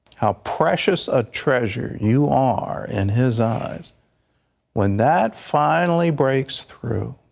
how pressure is a treasure you are in his eyes when that finally breaks through,